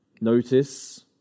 Notice